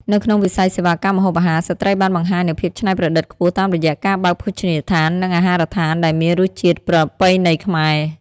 នៅក្នុងវិស័យសេវាកម្មម្ហូបអាហារ ស្ត្រីបានបង្ហាញនូវភាពច្នៃប្រឌិតខ្ពស់តាមរយៈការបើកភោជនីយដ្ឋាន និងអាហារដ្ឋានដែលមានរសជាតិប្រពៃណីខ្មែរ។